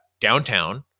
downtown